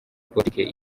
politiki